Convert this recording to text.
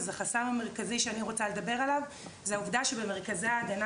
אז החסם המרכזי שאני רוצה לדבר עליו זה העובדה שבמרכזי ההגנה